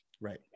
right